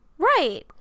Right